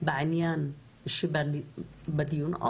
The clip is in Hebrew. בעניין שבדיון,